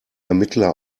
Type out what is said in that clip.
ermittler